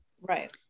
right